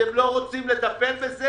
אתם לא רוצים לטפל בזה?